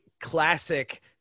classic